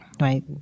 right